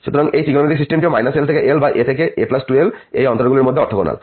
সুতরাং এই ত্রিকোণমিতিক সিস্টেমটিও l থেকে l বা a থেকে a2l এই অন্তরগুলির মধ্যে অরথগোনাল